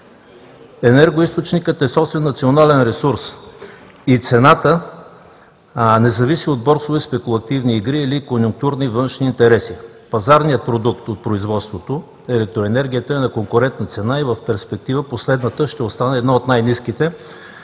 Енергоизточникът е собствен национален ресурс и цената не зависи от борсови спекулативни игри или конюнктурни външни интереси. Пазарният продукт от производството – електроенергията, е на конкурентна цена и в перспектива последната ще остане една от най-ниските